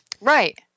right